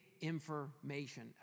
information